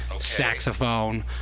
saxophone